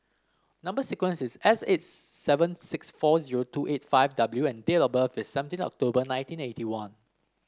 number sequence is S eight seven six four zero two eight five W and date of birth is seventeen October nineteen eighty one